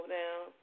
down